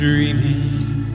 Dreaming